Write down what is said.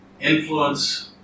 influence